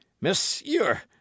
Monsieur